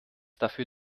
dafür